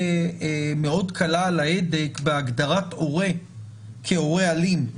מאוד קלה על ההדק בהגדרת הורה כהורה אלים,